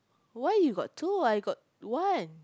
why you got two I got one